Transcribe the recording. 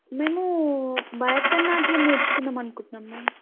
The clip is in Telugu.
మేము భరతనాట్యం నేర్చుకుందామనుకుంటున్నాం మ్యామ్